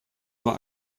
nur